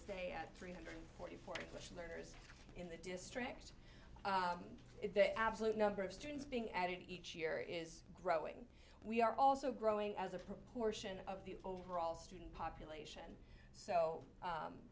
day three hundred in the district if the absolute number of students being added each year is growing we are also growing as a proportion of the overall student population so